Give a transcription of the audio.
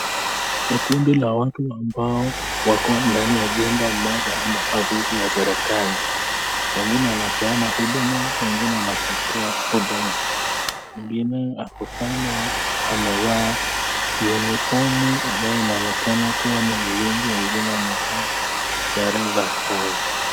Ni kundi la watu ambao wako ndani ya njumba moja ama ofisi ya serikali , wengine wanapeana huduma , wengine wanapokea huduma , mwingine ako kando amevaa unifomu ambayo inaonekana kuwa ya ulinzi wengine wamevaa sare za kazi.